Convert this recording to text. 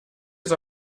ist